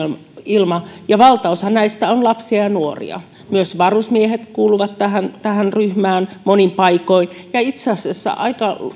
on huono sisäilma ja valtaosa näistä on lapsia ja nuoria myös varusmiehet kuuluvat tähän tähän ryhmään monin paikoin ja itse asiassa aika